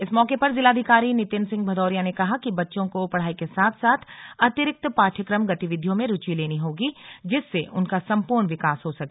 इस मौके पर जिलाधिकारी नितिन सिंह भदौरिया ने कहा कि बच्चों को पढ़ाई के साथ साथ अतिरिक्त पाठयक्रम गतिविधियों में रूचि लेनी होगी जिससे उनका सम्पूर्ण विकास हो सके